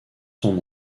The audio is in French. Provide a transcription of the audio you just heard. son